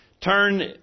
Turn